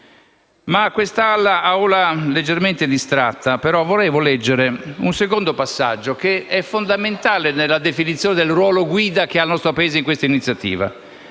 Ma a quest'Assemblea leggermente distratta vorrei leggere un secondo passaggio, fondamentale nella definizione del ruolo guida che ha il nostro Paese in questa iniziativa.